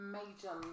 major